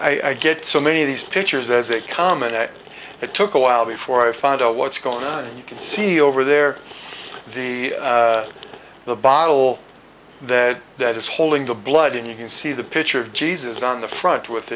t i get so many of these pictures as they come it took a while before i find out what's going on and you can see over there the the bottle that is holding the blood and you can see the picture of jesus on the front with